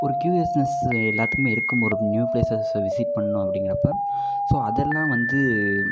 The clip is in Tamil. ஒரு க்யூரியஸ்னஸ் எல்லாத்துக்கும் இருக்கும் ஒரு நியூ பிளேஸஸ் விசிட் பண்ணணும் அப்படிங்கிறப்ப ஸோ அதெல்லாம் வந்து